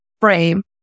frame